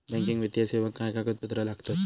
Banking वित्तीय सेवाक काय कागदपत्र लागतत?